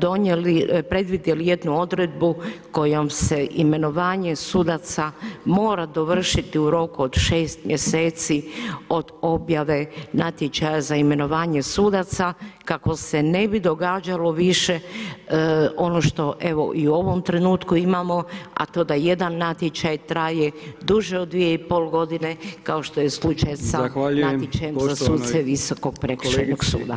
donijeli, predvidjeli jednu odredbu kojom se imenovanje sudaca mora dovršiti u roku od 6 mjeseci od objave natječaja za imenovanje sudaca, kako se ne bi događalo više ono što evo i u ovom trenutku imamo, a to da jedan natječaj traje duže od 2,5 godine, kao što je slučaj sa natječajem za suce Visokog prekršajnog suda.